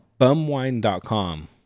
bumwine.com